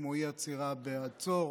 כמו אי-עצירה בעצור,